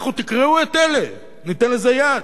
לכו תקרעו את אלה, ניתן לזה יד.